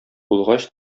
булгач